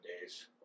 days